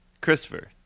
Christopher